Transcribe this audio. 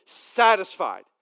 Satisfied